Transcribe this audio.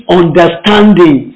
understanding